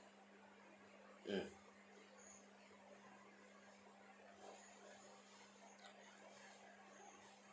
mm